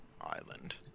island